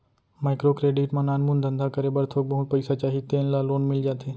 micro credit म नानमुन धंधा करे बर थोक बहुत पइसा चाही तेन ल लोन मिल जाथे